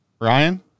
Ryan